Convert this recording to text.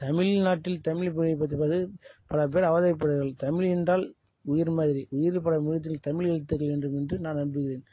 தமிழ்நாட்டில் தமிழ் மொழி பற்றி பேசறதுக்கு பல பேர் அவதரிப்பார்கள் தமிழ் என்றால் உயிர் மாதிரி உயிர் தமிழ் எழுத்துக்கள் வேண்டும் என்று நான் நம்புகிறேன்